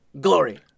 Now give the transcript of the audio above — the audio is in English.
Glory